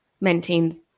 maintain